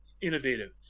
innovative